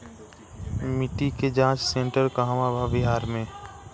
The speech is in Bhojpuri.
मिटी के जाच सेन्टर कहवा बा बिहार में?